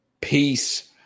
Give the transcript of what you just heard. peace